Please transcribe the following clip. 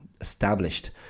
established